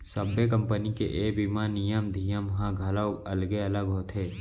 सब्बो कंपनी के ए बीमा नियम धियम ह घलौ अलगे अलग होथे